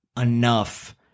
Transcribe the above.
enough